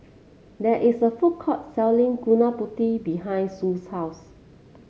there is a food court selling Gudeg Putih behind Sue's house